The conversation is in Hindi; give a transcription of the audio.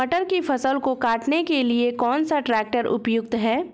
मटर की फसल को काटने के लिए कौन सा ट्रैक्टर उपयुक्त है?